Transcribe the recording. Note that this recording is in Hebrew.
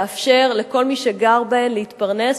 לאפשר לכל מי שגר בהן להתפרנס,